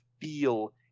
feel